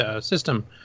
system